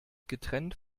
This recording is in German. getrennt